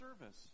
service